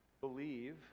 believe